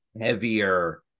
heavier